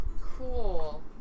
Cool